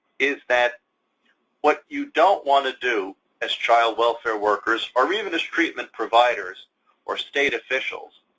is that what you don't want to do as child welfare workers, or even as treatment providers or state officials,